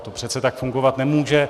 To přece tak fungovat nemůže.